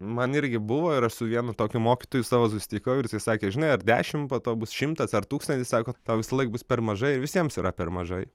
man irgi buvo ir aš su vienu tokiu mokytoju savo susitikau ir jisai sakė žinai ar dešim po to bus šimtas ar tūkstantis sako tau visąlaik bus per mažai ir visiems yra per mažai